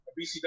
BCW